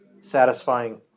satisfying